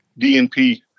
DNP